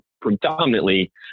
predominantly